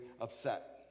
upset